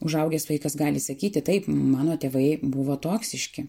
užaugęs vaikas gali sakyti taip mano tėvai buvo toksiški